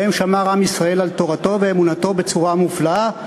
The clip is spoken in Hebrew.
שבהן שמר עם ישראל על תורתו ואמונתו בצורה מופלאה.